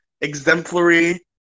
Exemplary